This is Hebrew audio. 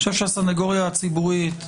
אני חושב - הסניגוריה הציבורית,